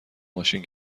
ماشین